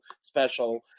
special